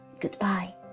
Goodbye